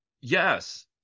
Yes